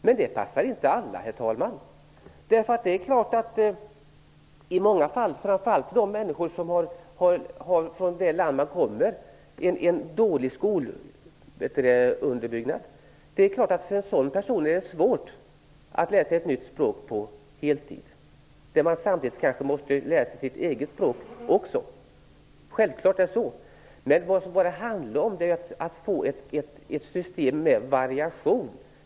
Men det passar inte alla, herr talman! Det är klart att det i många fall är svårt att läsa ett nytt språk på heltid, framför allt för de människor som har fått dålig skolunderbyggnad i det land de kommer ifrån. Man måste samtidigt kanske läsa sitt eget språk också. Självfallet är det så. Vad det handlar om är att få ett system med variation.